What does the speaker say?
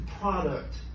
product